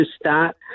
start